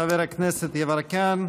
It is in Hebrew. חברי הכנסת יברקן,